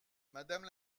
madame